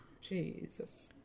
Jesus